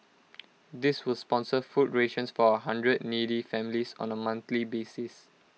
this will sponsor food rations for A hundred needy families on A monthly basis